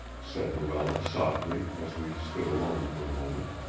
said luella softly, as we stood alone for a moment.